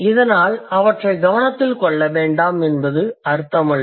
இதனால் அவற்றை கவனத்தில் கொள்ள வேண்டாம் என்பது அர்த்தமல்ல